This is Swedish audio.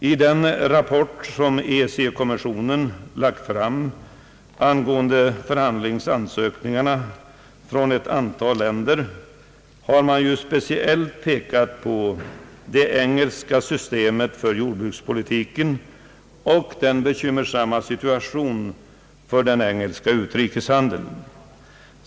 I den rapport som EEC-kommissionen lagt fram angående förhandlingsansökningarna från ett antal länder har man speciellt pekat på det engelska systemet för jordbrukspolitiken och den bekymmersamma situationen för den engelska utrikeshandeln.